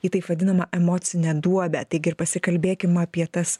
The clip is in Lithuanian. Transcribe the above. į taip vadinamą emocinę duobę taigi ir pasikalbėkim apie tas